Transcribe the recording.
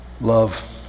love